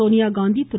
Sonia Gandhi Thiru